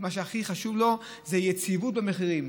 מה שהכי חשוב לו זה יציבות במחירים.